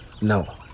no